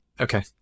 okay